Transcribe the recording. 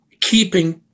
keeping –